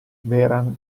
vehrehan